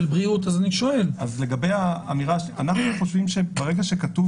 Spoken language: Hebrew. של בריאות אני שואל -- אנחנו חושבים שברגע שכתוב